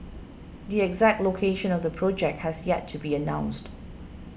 the exact location of the project has yet to be announced